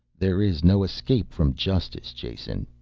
there is no escape from justice, jason.